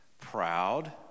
proud